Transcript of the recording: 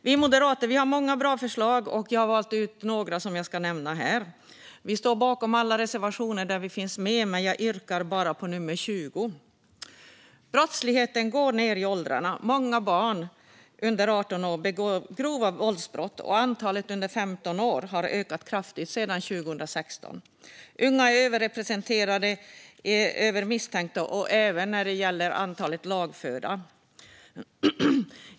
Vi moderater har många bra förslag, och jag har valt ut några som jag ska nämna här. Vi står bakom alla reservationer där vi finns med, men jag yrkar bifall endast till nummer 20. Brottsligheten går ned i åldrarna. Många barn under 18 år begår grova våldsbrott, och antalet under 15 år har ökat kraftigt sedan 2016. Unga är överrepresenterade i statistiken över misstänkta och även när det gäller antalet lagförda.